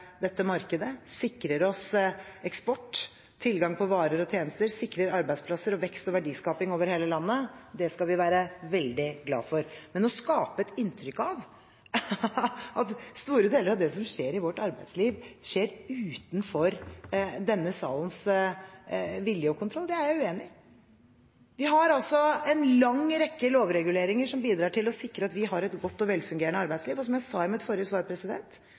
dette markedet, sikrer oss eksport og tilgang på varer og tjenester, og at det sikrer arbeidsplasser, vekst og verdiskaping over hele landet. Det skal vi være veldig glade for. Men å skape et inntrykk av at store deler av det som skjer i vårt arbeidsliv, skjer utenfor denne salens vilje og kontroll – det er jeg uenig i. Vi har en lang rekke lovreguleringer som bidrar til å sikre at vi har et godt og velfungerende arbeidsliv. Og som jeg sa i mitt forrige svar,